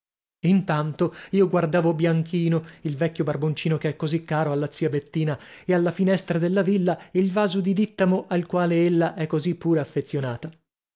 intanto io guardavo bianchino il vecchio barboncino che è così caro alla zia bettina e alla finestra della villa il vaso di dìttamo al quale ella è così pure affezionata